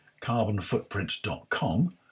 carbonfootprint.com